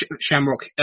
Shamrock